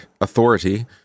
authority